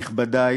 נכבדי,